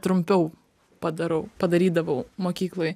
trumpiau padarau padarydavau mokykloj